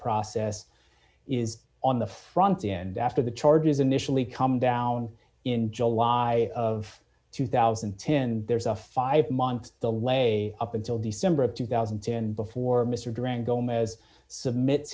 process is on the front end after the charges initially come down in july of two thousand and ten there's a five month the way up until december of two thousand and ten before mr durango mez submit